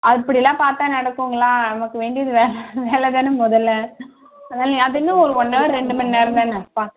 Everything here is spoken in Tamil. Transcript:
அப்படி எல்லாம் பார்த்தா நடக்குங்களா நமக்கு வேண்டியது வெலை வெலை தான முதல்ல அது இன்னும் ஒரு ஒன்னவர் ரெண்டு மண் நேரம் தானே பாக்